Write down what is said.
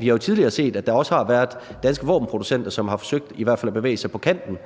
Vi har jo tidligere set, at der også har været danske våbenproducenter, som har forsøgt i hvert fald at bevæge sig på kanten